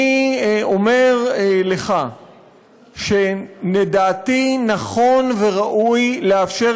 אני אומר לך שלדעתי נכון וראוי לאפשר